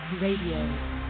Radio